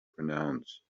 pronounce